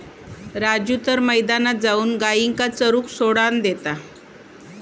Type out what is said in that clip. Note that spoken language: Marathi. राजू तर मैदानात जाऊन गायींका चरूक सोडान देता